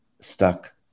stuck